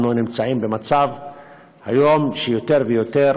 אנחנו נמצאים היום יותר ויותר